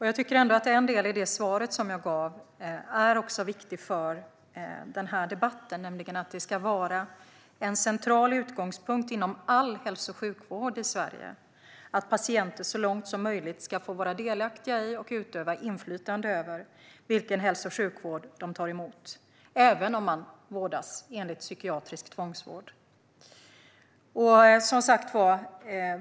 Jag tycker att en del i det svar jag gav är viktig för denna debatt, nämligen att en central utgångspunkt inom all hälso och sjukvård i Sverige ska vara att patienter så långt som möjligt ska få vara delaktiga i och utöva inflytande över vilken hälso och sjukvård de tar emot, även om det handlar om psykiatrisk tvångsvård.